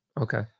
Okay